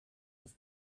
have